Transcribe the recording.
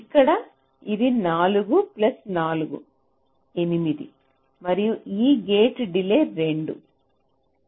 ఇక్కడ ఇది 4 ప్లస్ 4 8 మరియు ఈ గేట్ డిలే 2